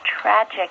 tragic